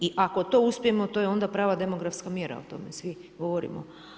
I ako to uspijemo to je onda prava demografska mjera, o tome svi govorimo.